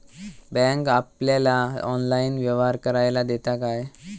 Bank आपल्याला online व्यवहार करायला देता काय?